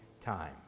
time